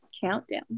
Countdown